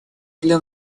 для